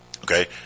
Okay